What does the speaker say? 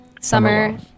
Summer